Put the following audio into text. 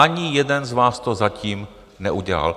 Ani jeden z vás to zatím neudělal.